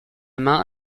main